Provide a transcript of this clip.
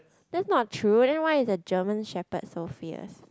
that's not true then why is a German Shepherd so fierce